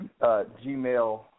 gmail